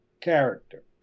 character